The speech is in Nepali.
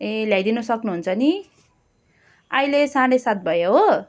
ए ल्याइदिनु सक्नु हुन्छ नि अहिले साढे सात भयो हो